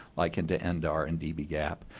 like into ndar and db gap.